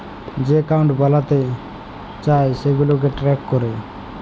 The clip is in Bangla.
যে একাউল্ট বালাতে চায় সেগুলাকে ট্র্যাক ক্যরে